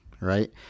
right